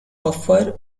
buffer